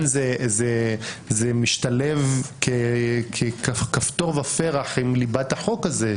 זה משתלב ככפתור ופרח עם ליבת החוק הזה,